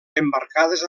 emmarcades